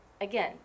Again